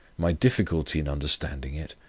my difficulty in understanding it,